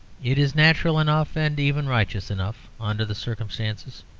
it is natural enough, and even righteous enough, under the circumstances.